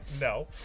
No